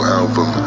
album